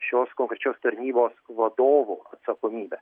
šios konkrečios tarnybos vadovo atsakomybė